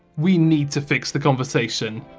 we need to fix the conversation.